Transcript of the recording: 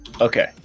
Okay